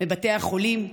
בבתי החולים,